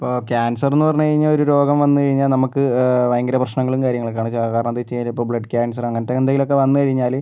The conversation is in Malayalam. ഇപ്പോൾ ക്യാൻസറെന്ന് പറഞ്ഞു കഴിഞ്ഞാൽ ഒരു രോഗം വന്നു കഴിഞ്ഞാൽ നമുക്ക് ഭയങ്കര പ്രശ്നങ്ങളും കാര്യങ്ങളുമൊക്കെയാണ് കാരണം എന്താന്നു വെച്ചു കഴിഞ്ഞാൽ ഇപ്പം ബ്ലഡ് ക്യാൻസർ അങ്ങനത്തെ എന്തെങ്കിലുമൊക്കെ വന്ന് കഴിഞ്ഞാല്